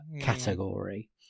category